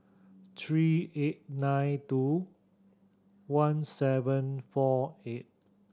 three eight nine two one seven four eight